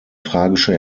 tragische